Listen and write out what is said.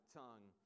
tongue